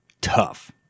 tough